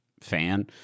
fan